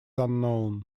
unknown